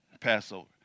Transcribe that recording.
Passover